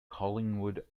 collingwood